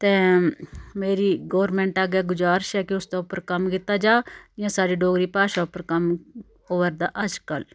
ते मेरी गौरमैंट अग्गें गुजारिश ऐ कि उसदे उप्पर कम्म कीता जा जियां साढ़ी डोगरी भाशा उप्पर कम्म होआ दा अज्जकल